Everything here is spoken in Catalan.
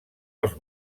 els